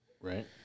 Right